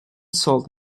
salt